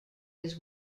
his